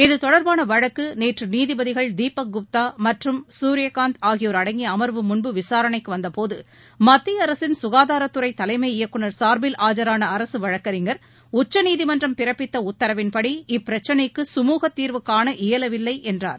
இத்தொடர்பான வழக்கு நேற்று நீதிபதிகள் திரு தீபக் குப்தா மற்றும் திரு குரியகாந்த் ஆகியோர் அடங்கிய அமர்வு முன்பு விசாரணைக்கு வந்த போது மத்திய அரசின் சுகாதாரத்துறை தலைமை இயக்குநர் சார்பில் ஆஜரான அரசு வழக்கறிஞர் உச்சநீதிமன்றம் பிறப்பித்த உத்தரவின்படி இப்பிரச்னைக்கு சுமுகத் தீர்வு காண இயலவில்லை என்றார்